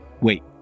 Wait